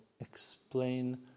explain